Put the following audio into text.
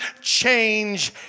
change